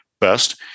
best